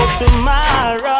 Tomorrow